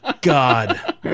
God